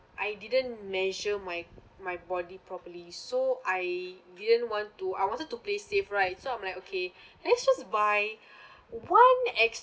I didn't measure my my body properly so I didn't want to I wanted to play safe right so I'm like okay let's just buy one ex~